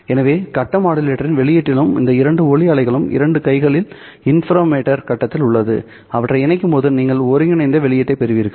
எனவே கட்ட மாடுலேட்டரின் வெளியீட்டிலும் இந்த இரண்டு ஒளி அலைகளும் 2 கைகளில் இன்டர்ஃபெரோமீட்டர் கட்டத்தில் உள்ளது அவற்றை இணைக்கும்போது நீங்கள் ஒருங்கிணைந்த வெளியீட்டைப் பெறுவீர்கள்